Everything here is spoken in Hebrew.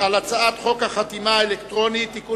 על הצעת חוק החתימה האלקטרונית (תיקון